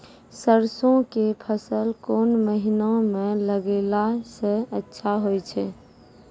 सरसों के फसल कोन महिना म लगैला सऽ अच्छा होय छै?